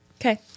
Okay